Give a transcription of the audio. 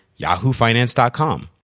yahoofinance.com